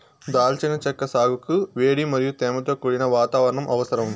దాల్చిన చెక్క సాగుకు వేడి మరియు తేమతో కూడిన వాతావరణం అవసరం